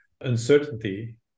uncertainty